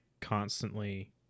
constantly